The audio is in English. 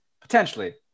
Potentially